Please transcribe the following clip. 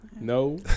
No